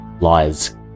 lies